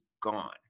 gone